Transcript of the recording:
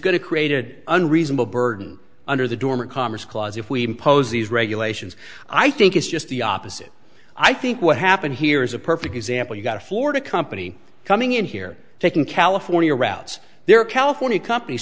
to created unreasonable burden under the dormer commerce clause if we impose these regulations i think it's just the opposite i think what happened here is a perfect example you've got a florida company coming in here taking california routes there are california companies